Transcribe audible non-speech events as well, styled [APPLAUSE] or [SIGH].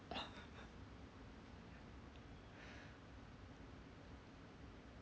[LAUGHS]